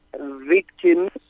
victims